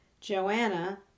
Joanna